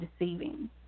deceiving